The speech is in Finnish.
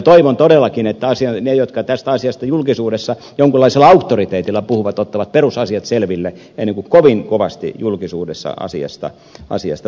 toivon todellakin että ne jotka tästä asiasta julkisuudessa jonkunlaisella auktoriteetilla puhuvat ottavat perusasiat selville ennen kuin kovin kovasti julkisuudessa asiasta puhuvat